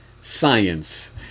science